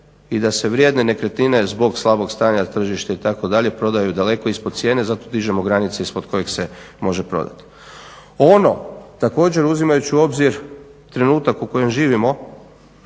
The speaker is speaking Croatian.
i da se vrijedne nekretnine zbog slabog stanja tržišta prodaju daleko ispod cijene i zato dižemo granice ispod koje se može prodati. Ono, također uzimajući u obzir trenutak u kojem živimo,